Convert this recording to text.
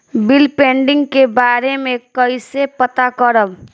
Bill pending के बारे में कईसे पता करब?